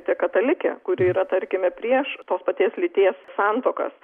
tai katalikė kuri yra tarkime prieš tos paties lyties santuokas